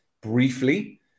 Briefly